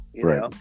Right